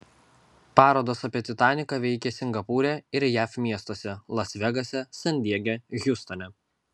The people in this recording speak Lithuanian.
parodos apie titaniką veikia singapūre ir jav miestuose las vegase san diege hjustone